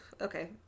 okay